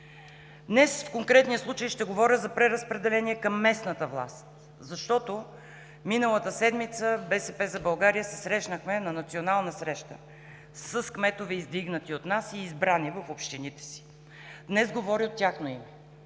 Днес в конкретния случай ще говоря за преразпределение към местната власт, защото миналата седмица „БСП за България“ се срещнахме на национална среща с кметове, издигнати от нас и избрани в общините си. Днес говоря от тяхно име.